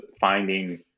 finding